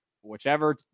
whichever